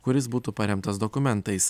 kuris būtų paremtas dokumentais